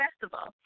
festival